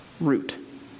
root